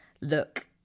look